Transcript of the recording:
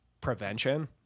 prevention